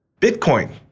Bitcoin